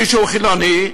מישהו חילוני,